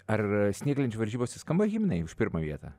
ar snieglenčių varžybose skamba himnai už pirmą vietą